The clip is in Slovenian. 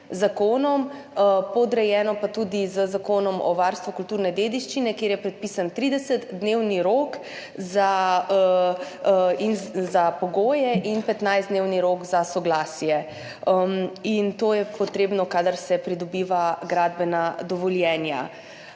zakonom, podrejeno pa tudi z Zakonom o varstvu kulturne dediščine, kjer je predpisan 30-dnevni rok za pogoje in 15-dnevni rok za soglasje. To je potrebno, kadar se pridobiva gradbena dovoljenja.